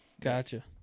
Gotcha